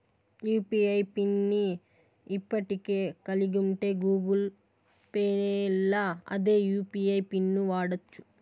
UPI pin ని ఇప్పటికే కలిగుంటే గూగుల్ పేల్ల అదే యూ.పి.ఐ పిన్ను వాడచ్చు